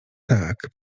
tak